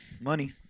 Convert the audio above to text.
Money